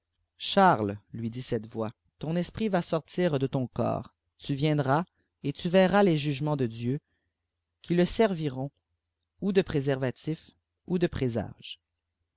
charles lui du cette voix ton esprit va sortir de ton corps tu viidras et tu verras les jugements de dieu qui le serviront ou de préservatil ou de présage